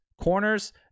Corners